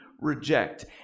reject